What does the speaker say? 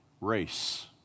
Race